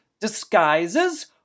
disguises